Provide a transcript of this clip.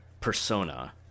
persona